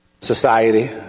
society